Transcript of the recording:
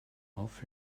auf